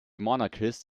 monarchist